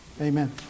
Amen